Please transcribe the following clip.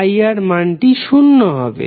VIR মানটি শূন্য হবে